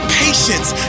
patience